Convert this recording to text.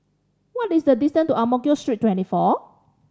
what is the distance to Ang Mo Kio Street Twenty four